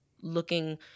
looking